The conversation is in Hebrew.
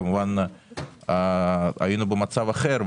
כמובן שהיינו במצב אחר,